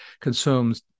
consumes